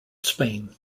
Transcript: spain